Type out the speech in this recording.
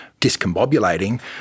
discombobulating